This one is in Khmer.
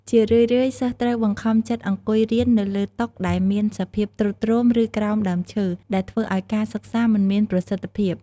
ជារឿយៗ សិស្សត្រូវបង្ខំចិត្តអង្គុយរៀននៅលើតុដែលមានសភាពទ្រុឌទ្រោម ឬក្រោមដើមឈើ ដែលធ្វើឲ្យការសិក្សាមិនមានប្រសិទ្ធភាព។